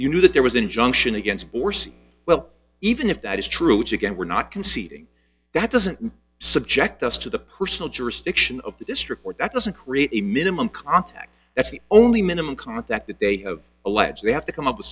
knew that there was an injunction against force well even if that is true which again we're not conceding that doesn't subject us to the personal jurisdiction of the district court that doesn't create a minimum contact that's the only minimum contact that they allege they have to come up with